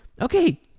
okay